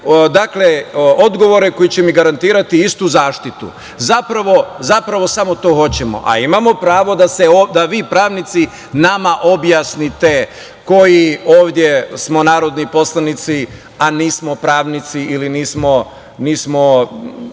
dobijem odgovore koji će mi garantirati istu zaštitu. Zapravo, samo to hoćemo, a imamo pravo da vi pravnici nama objasnite, koji ovde smo narodni poslanici, a nismo pravnici ili nismo